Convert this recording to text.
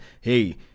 hey